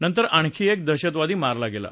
नंतर आणखी एक दहशतवादी मारला गेला